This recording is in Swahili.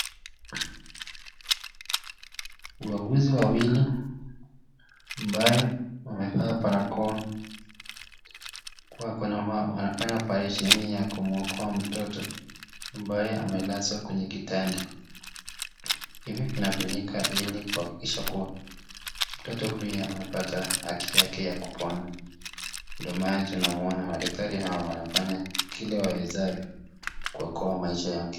Wauguzi wawili ambaye wamevaa barakoa wakona wanafanya operesheni ya kumwokoa mtoto ambaye, amelazwa kwenye kitanda. Hii inafanyika ili kuhakikisha kuwa mtoto huyu amepata haki yake ya kupona ndo maana tunamwona madaktari hawa wanafanya kile wawezalo kuokoa maisha yake.